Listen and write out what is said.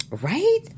Right